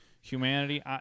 humanity